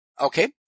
Okay